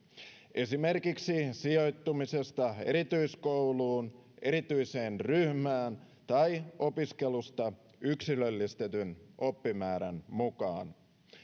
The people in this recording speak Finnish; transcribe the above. esimerkiksi sijoittumisesta erityiskouluun erityiseen ryhmään tai opiskelusta yksilöllistetyn oppimäärän mukaan